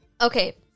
Okay